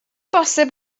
bosibl